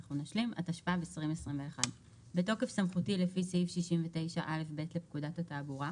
התשפ"ב-2021 בתוקף סמכותי לפי סעיף 69א(ב) לפקודת התעבורה,